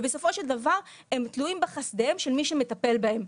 ובסופו של דבר הם תלויים בחסדיהם של מי שמטפל בהם.